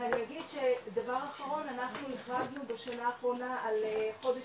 ואני אגיד שדבר אחרון אנחנו הכרזנו בשנה האחרונה על חודש